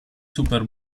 super